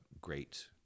great